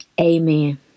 Amen